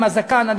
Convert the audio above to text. עם הזקן,